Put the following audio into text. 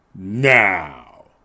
Now